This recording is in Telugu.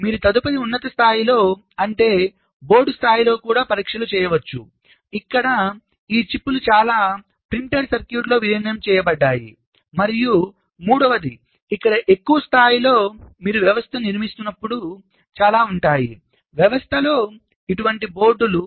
మీరు తదుపరి ఉన్నత స్థాయిలో అంటే బోర్డు స్థాయిలో కూడా పరీక్షలు చేయవచ్చు ఇక్కడ ఈ చిప్లు చాలా ప్రింటెడ్ సర్క్యూట్ బోర్డ్లో విలీనం చేయబడ్డాయి మరియు మూడవది ఇంకా ఎక్కువ స్థాయిలో మీరు వ్యవస్థను నిర్మిస్తున్నప్పుడు చాలా ఉంటాయి వ్యవస్థలో ఇటువంటి బోర్డులు